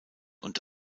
und